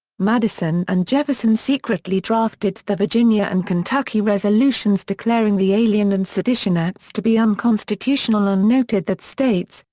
madison and jefferson secretly drafted the virginia and kentucky resolutions declaring the alien and sedition acts to be unconstitutional and noted that states,